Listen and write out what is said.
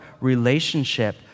relationship